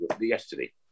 yesterday